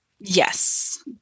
Yes